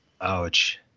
Ouch